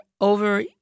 over